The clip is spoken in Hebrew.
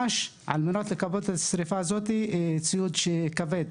וכדי לכבאות את השריפה הזאת נדרש ציוד כבד,